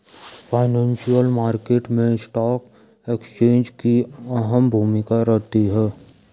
financial market मैं stock exchange की अहम भूमिका रहती है